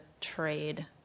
trade